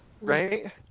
Right